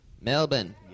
Melbourne